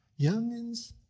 youngins